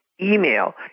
email